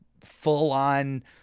full-on